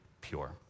pure